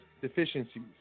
deficiencies